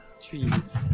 Trees